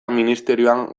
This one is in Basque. ministerioan